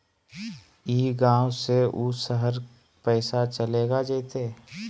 ई गांव से ऊ शहर पैसा चलेगा जयते?